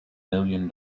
million